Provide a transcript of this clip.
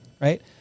right